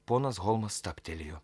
ponas holmas stabtelėjo